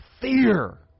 fear